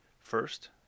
First